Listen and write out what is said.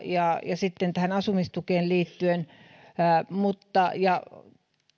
ja sitten tähän asumistukeen liittyen ja